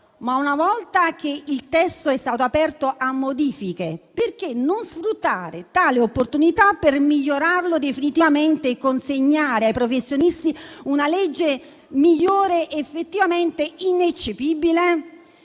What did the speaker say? una volta che il testo è stato aperto a modifiche, perché non sfruttare tale opportunità per migliorarlo definitivamente e consegnare ai professionisti una legge migliore ed effettivamente ineccepibile.